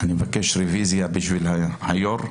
אני מבקש רוויזיה בשביל היושב ראש,